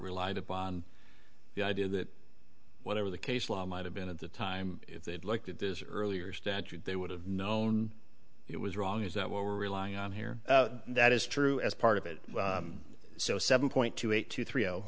relied upon the idea that whatever the case law might have been at the time if they had liked it this earlier statute they would have known it was wrong is that what we're relying on here that is true as part of it so seven point two eight two three